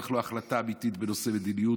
בטח לא החלטה אמיתית בנושאי מדיניות,